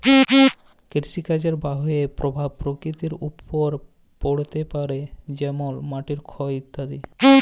কৃষিকাজের বাহয়ে পরভাব পরকৃতির ওপর পড়তে পারে যেমল মাটির ক্ষয় ইত্যাদি